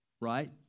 right